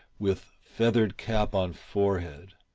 with feathered cap on forehead,